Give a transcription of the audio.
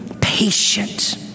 patient